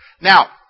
now